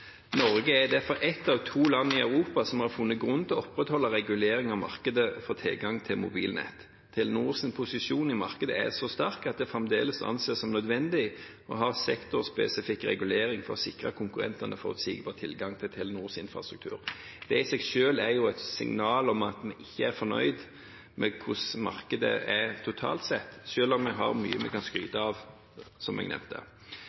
Norge er derfor ett av to land i Europa som har funnet grunn til å opprettholde regulering av markedet for tilgang til mobilnett. Telenors posisjon i markedet er så sterk at det fremdeles anses som nødvendig å ha sektorspesifikk regulering for å sikre at konkurrentene får en forutsigbar tilgang til Telenors infrastruktur. Det i seg selv er et signal om at vi ikke er fornøyd med hvordan markedet er, totalt sett, selv om vi har mye å skryte av, som jeg nevnte.